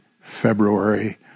February